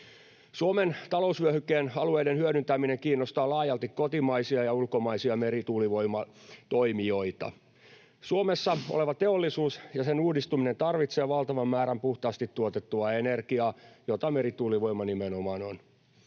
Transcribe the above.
Suomen talousvyöhykkeen alueiden hyödyntäminen kiinnostaa laajalti kotimaisia ja ulkomaisia merituulivoimatoimijoita. Suomessa oleva teollisuus ja sen uudistuminen tarvitsevat valtavan määrän puhtaasti tuotettua energiaa, jota merituulivoima nimenomaan on.